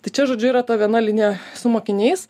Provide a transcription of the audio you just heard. tai čia žodžiu yra ta viena linija su mokiniais